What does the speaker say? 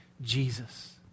Jesus